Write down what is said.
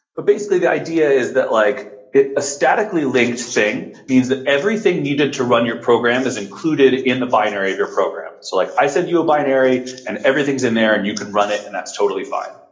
but basically, the idea is that like a statically linked thing means that everything needed to run your program is included in the binary of your program. so, like i send you a binary and everything is in there and you can run it and that's totally find.